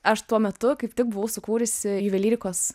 aš tuo metu kaip tik buvau sukūrusi juvelyrikos